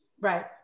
Right